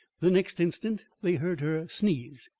the next instant they heard her sneeze,